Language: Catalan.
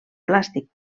plàstic